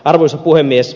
arvoisa puhemies